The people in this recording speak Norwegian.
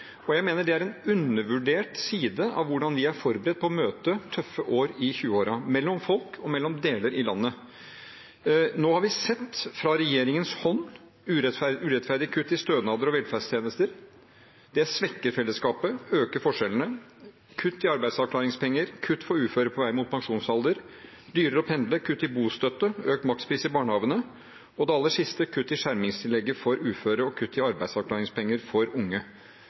øker. Jeg mener det er en undervurdert side av hvordan vi er forberedt på å møte tøffe år i 2020-årene, mellom folk og mellom deler av landet. Vi har sett urettferdige kutt i stønader og velferdstjenester fra regjeringens hånd. Det svekker fellesskapet og øker forskjellene. Det har vært kutt i arbeidsavklaringspenger, kutt for uføre på vei mot pensjonsalder, det har blitt dyrere å pendle, det er kutt i bostøtte, økt makspris i barnehagene og – aller sist – kutt i skjermingstillegget for uføre og kutt i arbeidsavklaringspenger for unge.